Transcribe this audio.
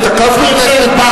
האם תקפנו אתכם?